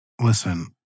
Listen